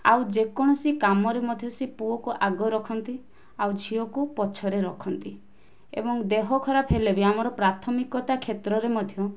ଆଉ ଯେକୌଣସି କାମରୁ ମଧ୍ୟ ସେ ପୁଅକୁ ଆଗ ରଖନ୍ତି ଆଉ ଝିଅକୁ ପଛରେ ରଖନ୍ତି ଏବଂ ଦେହ ଖରାପ ହେଲେ ବି ଆମର ପ୍ରାଥମିକତା କ୍ଷେତ୍ରରେ ମଧ୍ୟ